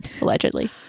allegedly